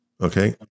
Okay